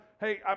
hey